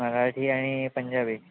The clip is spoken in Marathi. मराठी आणि पंजाबी